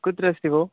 कुत्र अस्ति भोः